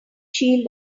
shield